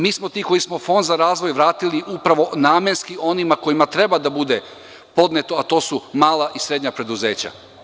Mi smo ti koji smo Fond za razvoj vratili upravo onima kojima treba da bude podnet, a to su mala i srednja preduzeća.